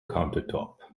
countertop